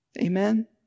Amen